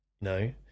No